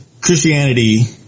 Christianity